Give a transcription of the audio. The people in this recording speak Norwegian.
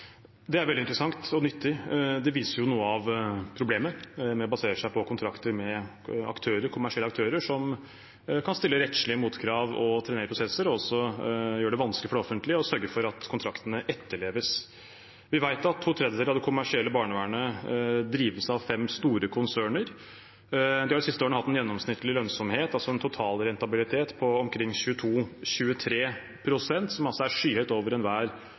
Det er veldig interessant og nyttig. Det viser jo noe av problemet med å basere seg på kontrakter med kommersielle aktører som kan stille rettslige motkrav, trenere prosesser og også gjøre det vanskelig for det offentlige å sørge for at kontraktene etterleves. Vi vet at to tredjedeler av det kommersielle barnevernet drives av fem store konserner. De har de siste årene hatt en gjennomsnittlig lønnsomhet, altså en totalrentabilitet, på omkring 22–23 pst., som er skyhøyt over enhver